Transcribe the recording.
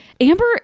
Amber